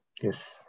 Yes